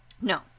No